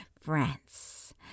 France